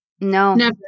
No